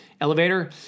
elevator